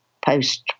post